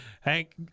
Hank